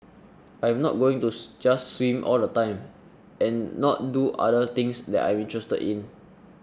I'm not going to just swim all the time and not do other things that I am interested in